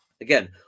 Again